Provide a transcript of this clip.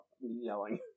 yelling